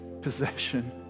possession